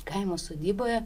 kaimo sodyboje